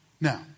Now